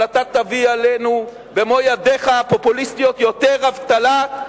אבל אתה תביא עלינו במו ידיך הפופוליסטיות יותר אבטלה.